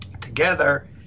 together